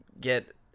get